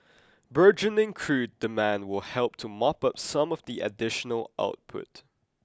burgeoning crude demand will help to mop up some of the additional output